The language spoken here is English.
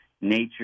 nature